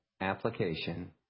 application